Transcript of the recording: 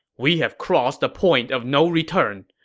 we have crossed the point of no return!